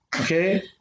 Okay